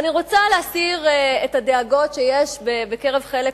ואני רוצה להסיר את הדאגות שיש בקרב חלק